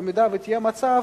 שבמידה שיהיה מצב,